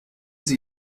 sie